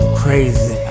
crazy